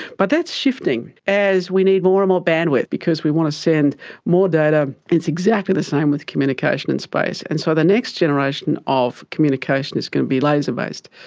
but that's shifting as we need more and more bandwidth because we want to send more data. it's exactly the same with communication in space. and so the next generation of communication is going to be laser-based.